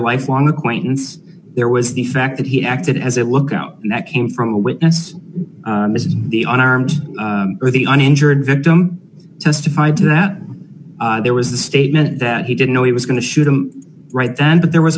lifelong acquaintance there was the fact that he acted as it looked out and that came from a witness as the armed or the uninjured victim testified to that there was the statement that he didn't know he was going to shoot him right then but there was